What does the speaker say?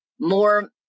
more